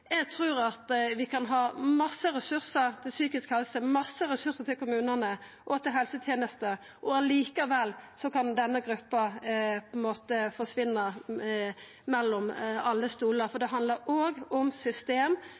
eg trur at vi kan ha masse ressursar til psykisk helse, masse ressursar til kommunane og til helsetenesta – og likevel kan denne gruppa på ein måte forsvinna mellom alle stolar. For det handlar òg om system,